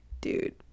Dude